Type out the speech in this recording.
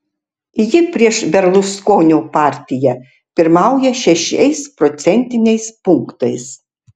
ji prieš berluskonio partiją pirmauja šešiais procentiniais punktais